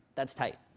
that's tight.